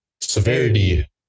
severity